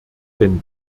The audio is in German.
denn